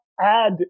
add